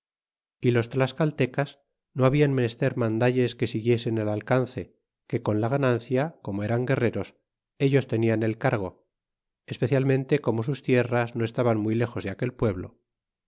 y los tlascaltecas no habian menester rnandalles que siguiesen el alcance que con la ganancia como eran guerreros ellos tenian el cargo csdecialmente como sus tierras no estaban muy lejos de aquel pue